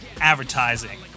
advertising